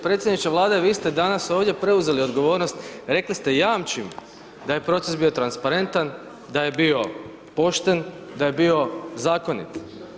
Predsjedniče Vlade vi ste danas ovdje preuzeli odgovornost, rekli ste jamčim da je proces bio transparentan, da je bio pošten, da je bio zakonit.